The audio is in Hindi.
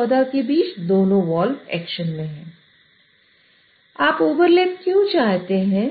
आप ओवरलैप क्यों चाहते हैं